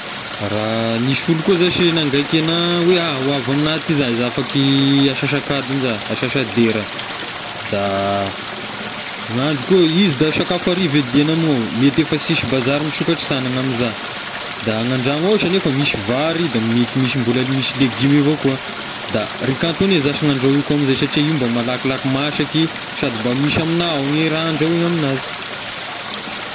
Raha nisy olo koa zashy nangaiky agnah hoe ah hoavy amigna aty za izy afaky asasak'adiny za, asasa-dera, da nahadro- koa izy da sakafo hariva e diany amignao mety efa sisy bazary misokatra sana ny amiza, da ny an-dragno ao sha anefa misy vary da mety misy mbola misy legioma avao koa, da riz cantonnais zashy no andrahoiko amizay satria io mba malakilaky masaky, sady mba misy amigna ao gne raha andrahoy aminazy.